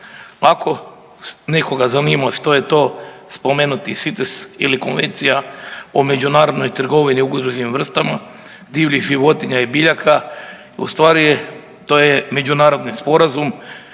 Ako nekoga zanima što je to spomenuti CITES ili Konvencija o međunarodnoj trgovini ugroženim vrstama divljih životinja i biljaka, u stvari to je međunarodni sporazum